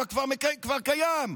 יש כבר חוק שקיים, החוק מ-2004 כבר קיים.